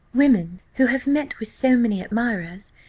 women who have met with so many admirers,